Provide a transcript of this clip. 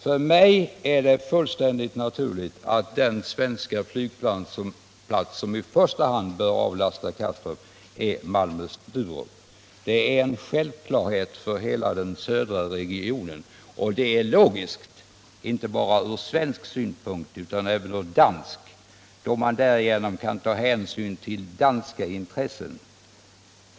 För mig är det fullständigt naturligt att den svenska flygplats som i första hand bör avlasta Kastrup är Sturup. Det är en självklarhet för hela den södra regionen. Det är logiskt, inte bara från svensk synpunkt utan även från dansk. Därigenom kan man ta hänsyn till danska intressen.